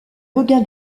regain